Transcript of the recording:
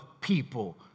people